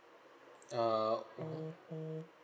err